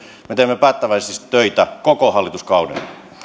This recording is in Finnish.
me teemme päättäväisesti töitä koko hallituskauden